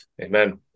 Amen